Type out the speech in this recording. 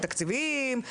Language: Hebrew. תקציביים,